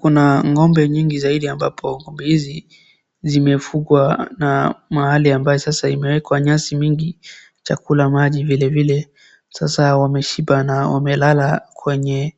Kuna ng'ombe nyingi zaidi ambapo ng'ombe hizi zimefugwa na mahali ambaye sasa imewekwa nyasi mingi, chakula, maji vilevile. Sasa wameshiba na wamelala kwenye